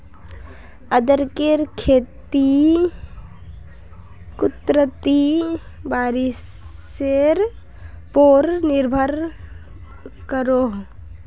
अदरकेर खेती कुदरती बारिशेर पोर निर्भर करोह